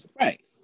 Right